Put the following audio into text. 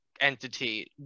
entity